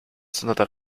sondern